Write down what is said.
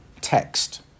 text